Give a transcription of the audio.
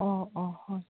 ꯑꯣ ꯑꯣ ꯍꯣꯏ